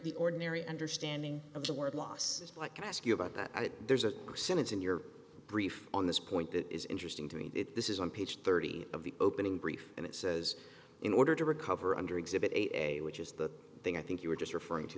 the ordinary understanding of the word loss like i ask you about that there's a sentence in your brief on this point that is interesting to me that this is on page thirty of the opening brief and it says in order to recover under exhibit a which is the thing i think you were just referring to